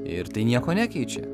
ir tai nieko nekeičia